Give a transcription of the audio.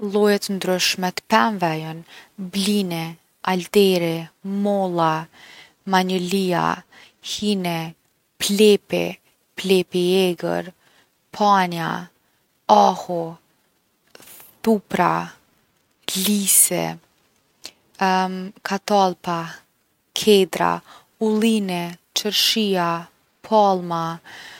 Lloje t’ndryshme t’pemve jon blini, alderi, molla, manjolia, hini, plepi, plepi i egër, panja, ahu, thupra, lisi katallpa, kedra, ullini, qerdhia, palma.